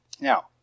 Now